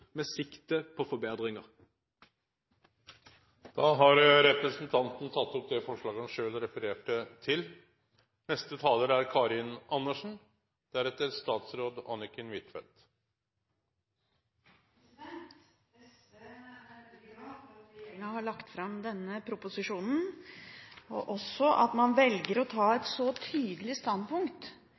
med sikte på forbedringer. Representanten Skovholt Gitmark har teke opp det forslaget han refererte til. SV er veldig glad for at regjeringen har lagt fram denne proposisjonen, og også for at man velger å ta et så tydelig standpunkt